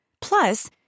Plus